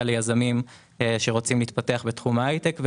ליזמים שרוצים להתפתח בתחום ההייטק.